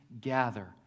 gather